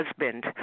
husband